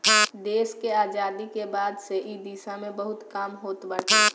देस के आजादी के बाद से इ दिशा में बहुते काम होत बाटे